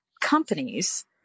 companies